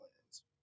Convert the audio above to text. plans